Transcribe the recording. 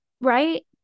Right